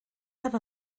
have